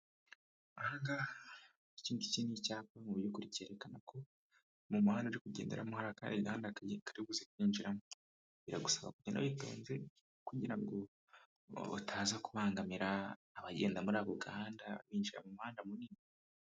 Aha ngaha, iki ngiki ni icyapa mu by'ukuri cyerekana ko mu muhanda uri kugenderamo hari akandi gahanda kari buze kwinjiramo. Biragusaba kugenda witonze kugira ngo utaza kubangamira abagenda muri ako gahanda, binjira mu muhanda munini.